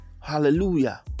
hallelujah